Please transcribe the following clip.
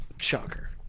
Shocker